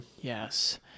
Yes